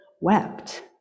wept